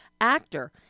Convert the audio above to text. actor